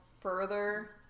further